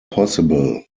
possible